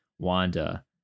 wanda